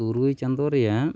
ᱛᱩᱨᱩᱭ ᱪᱟᱸᱫᱚ ᱨᱮᱭᱟᱜ